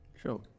Sure